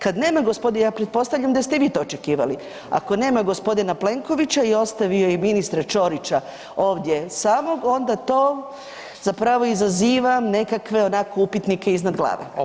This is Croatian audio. Kad nema gospodina, ja pretpostavljam da ste u vi to očekivali, ako nema gospodina Plenkovića i ostavio je ministra Ćorića ovdje samog onda to zapravo izaziva nekakve onako upitnike iznad glave.